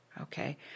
okay